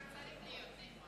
אזרח צריך להיות נאמן.